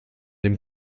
dem